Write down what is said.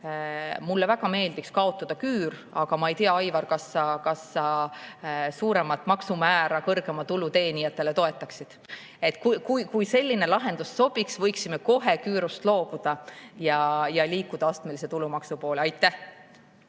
Mulle väga meeldiks kaotada küür, aga ma ei tea, Aivar, kas sa suuremat maksumäära kõrgema tulu teenijatele toetaksid. Kui selline lahendus sobiks, võiksime kohe küürust loobuda ja liikuda astmelise tulumaksu poole. Aitäh!